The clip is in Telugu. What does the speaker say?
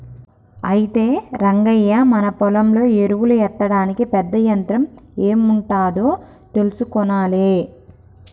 అయితే రంగయ్య మన పొలంలో ఎరువులు ఎత్తడానికి పెద్ద యంత్రం ఎం ఉంటాదో తెలుసుకొనాలే